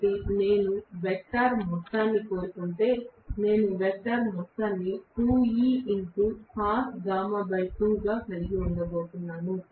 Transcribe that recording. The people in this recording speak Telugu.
కాబట్టి నేను వెక్టర్ మొత్తాన్ని కోరుకుంటే నేను వెక్టర్ మొత్తాన్ని గ కలిగి ఉండబోతున్నాను